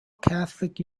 catholic